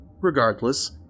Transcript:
Regardless